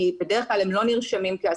כי בדרך כלל הם לא נרשמים כעסקים,